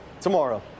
tomorrow